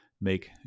make